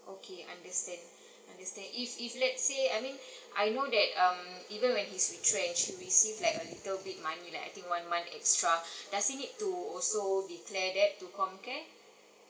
okay understand understand if if let's say I mean I know that um even when he's retrenched he receive like a little bit money like I think one month extra does he need to also declare that to comcare